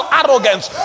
arrogance